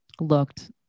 looked